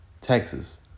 Texas